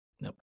Nope